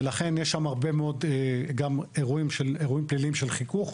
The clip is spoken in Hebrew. ולכן יש שם גם הרבה מאוד אירועים פליליים של חיכוך,